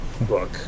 book